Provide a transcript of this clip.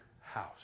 house